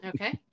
Okay